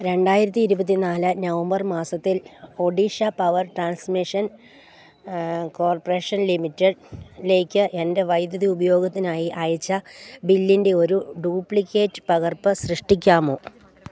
രണ്ടായിരത്തി ഇരുപത്തി നാല് നവംബർ മാസത്തിൽ ഒഡീഷ പവർ ട്രാൻസ്മിഷൻ കോർപ്പറേഷൻ ലിമിറ്റഡിലേക്ക് എൻ്റെ വൈദ്യുതി ഉപയോഗത്തിനായി അയച്ച ബില്ലിൻ്റെ ഒരു ഡൂപ്ലിക്കേറ്റ് പകർപ്പ് സൃഷ്ടിക്കാമോ